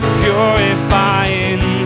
purifying